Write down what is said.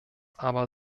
aber